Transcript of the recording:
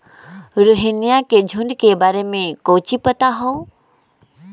रोहिनया के झुंड के बारे में कौची पता हाउ?